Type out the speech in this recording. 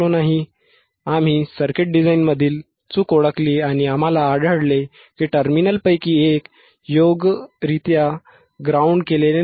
नंतर आम्ही सर्किट डिझाइनमधील चूक ओळखली आणि आम्हाला आढळले की टर्मिनलपैकी एक योग्यरित्या ग्राउंड केलेले नाही